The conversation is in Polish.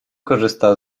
korzysta